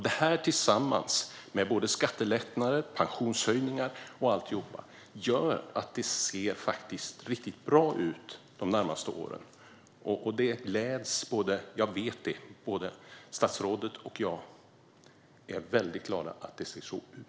Det här tillsammans - skattelättnader, pensionshöjningar och alltihop - gör att det ser riktigt bra ut de närmaste åren. Jag vet att både statsrådet och jag är glada över det.